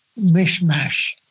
mishmash